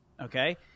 okay